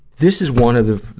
this is one of the,